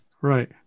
Right